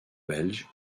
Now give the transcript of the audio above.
belge